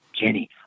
Jenny